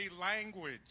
language